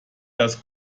das